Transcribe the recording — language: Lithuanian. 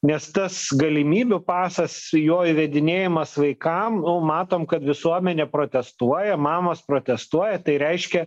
nes tas galimybių pasas jo įvedinėjamas vaikam matom kad visuomenė protestuoja mamos protestuoja tai reiškia